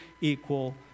equal